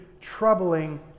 troubling